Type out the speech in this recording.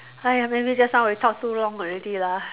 !aiya! maybe just now we talk too long already lah